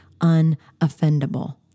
unoffendable